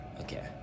Okay